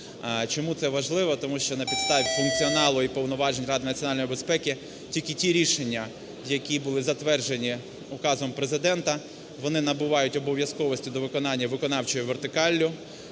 Чому це важливо? Тому що на підставі функціоналу і повноважень Ради національної безпеки тільки ті рішення, які були затверджені указом Президента, вони набувають обов'язковості до виконання виконавчою вертикаллю,